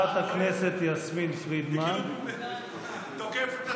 זה כאילו היא תוקפת את עצמה.